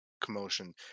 commotion